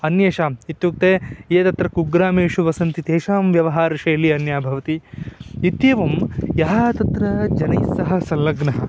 अन्येषाम् इत्युक्ते ये तत्र कुग्रामेषु वसन्ति तेषां व्यवहारशैली अन्या भवति इत्येवं यः तत्र जनैस्सह संलग्नः